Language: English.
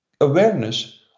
awareness